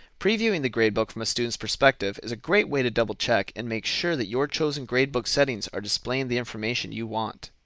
previewing the gradebook from a student's perspective is a great way to double check and make sure that your chosen gradebook settings are displaying the information you want.